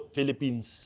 Philippines